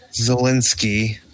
Zelensky